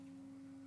נורא.